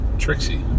Trixie